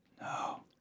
No